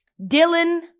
Dylan